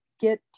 get